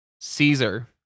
Caesar